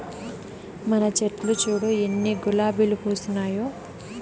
మన చెట్లు చూడు ఎన్ని గులాబీలు పూసినాయో